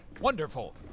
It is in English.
Wonderful